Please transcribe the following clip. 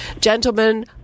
Gentlemen